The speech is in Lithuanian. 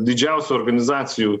didžiausių organizacijų